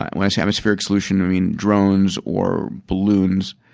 i say atmospheric solution, i mean drones or balloons.